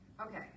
Okay